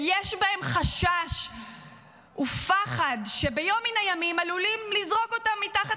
יש בהם חשש ופחד שביום מן הימים עלולים לזרוק אותם מתחת